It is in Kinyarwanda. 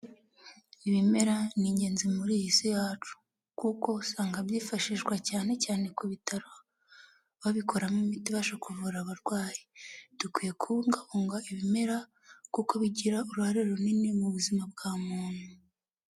Ibimera ni ingenzi muri iyi si yacu kuko usanga byifashishwa cyane cyane ku bitaro babikoramo imiti ibasha kuvura abarwayi dukwiye kubungabunga ibimera kuko bigira uruhare runini mu buzima bwa muntu.